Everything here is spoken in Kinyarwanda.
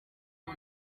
ubu